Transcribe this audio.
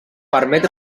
permet